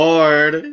Lord